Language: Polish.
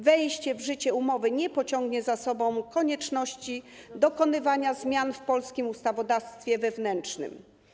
Wejście w życie umowy nie pociągnie za sobą konieczności dokonywania zmian w polskim ustawodawstwie wewnętrznym.